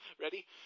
Ready